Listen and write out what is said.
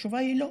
התשובה היא לא,